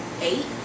eight